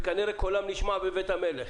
וכנראה קולם נשמע בבית המלך.